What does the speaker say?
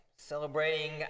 Celebrating